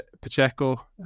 Pacheco